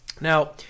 Now